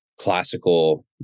classical